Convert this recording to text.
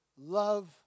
love